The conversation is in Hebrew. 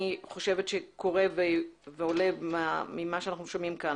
חושבת שקורה ועולה ממה שאנחנו שומעים כאן.